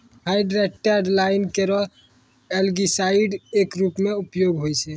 hydrated lime केरो algicide क रूप म उपयोग होय छै